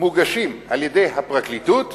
מוגשים על-ידי הפרקליטות